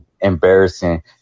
embarrassing